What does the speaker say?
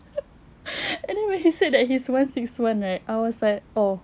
and then when he said he was one six one right I was like oh